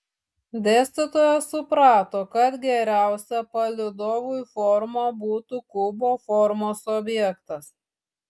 dėstytojas suprato kad geriausia palydovui forma būtų kubo formos objektas